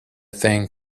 thing